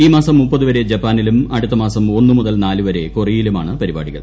ഇൌ മാസം ദാവരെ ജപ്പാനിലും അടുത്ത മാസം ഒന്നുമുതൽ നാലുവരെ കൊറിയയിലുമാണ് പരിപാടികൾ